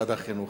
במשרד החינוך.